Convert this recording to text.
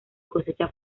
cosecha